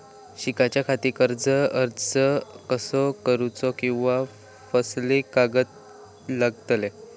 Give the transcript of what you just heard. शिकाच्याखाती कर्ज अर्ज कसो करुचो कीवा कसले कागद लागतले?